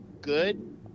good